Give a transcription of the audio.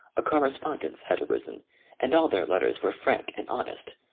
a corre spondence had arisen and all their letters were frank and honest,